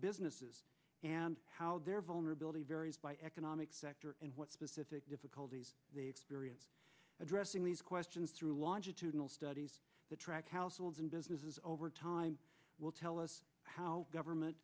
businesses and how their vulnerability varies by economic sector and what specific difficulties they experience addressing these questions through launch toodle studies to track households and businesses over time will tell us how government